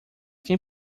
quem